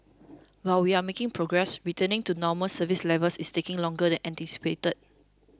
while we are making progress returning to normal service levels is taking longer than anticipated